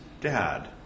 dad